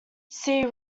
see